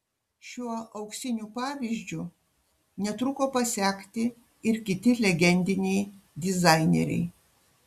šiuo auksiniu pavyzdžiu netruko pasekti ir kiti legendiniai dizaineriai